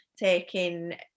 taking